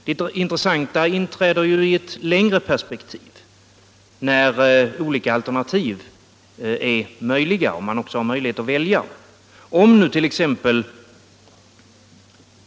Det intressanta inträder i ett längre perspektiv, när olika alternativ är möjliga och man också har möjlighet att välja. Om nut.ex.